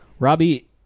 Robbie